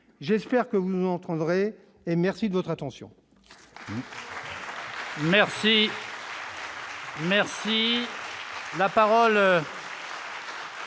j'espère que vous n'entendrez et merci de votre attention.